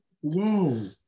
whoa